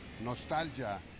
nostalgia